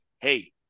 hey